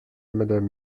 madame